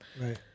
Right